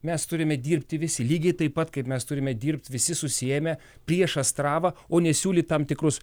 mes turime dirbti visi lygiai taip pat kaip mes turime dirbti visi susiėmę prieš astravą o ne siūlyt tam tikrus